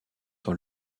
dans